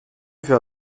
für